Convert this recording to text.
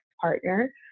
partner